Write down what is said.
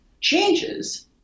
changes